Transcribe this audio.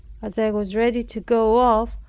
as i was ready to go off,